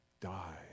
die